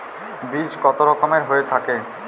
বীজ কত রকমের হয়ে থাকে?